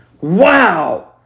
Wow